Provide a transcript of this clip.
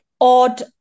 odd